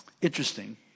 Interesting